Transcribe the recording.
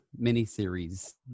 miniseries